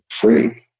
free